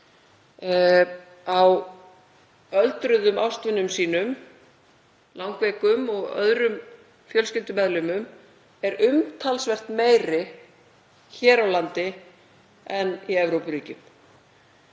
á öldruðum ástvinum sínum, langveikum og öðrum fjölskyldumeðlimum er umtalsvert meiri hér á landi en í Evrópuríkjum.